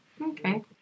okay